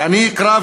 ואני אקרא,